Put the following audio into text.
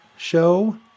Show